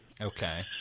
Okay